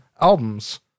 albums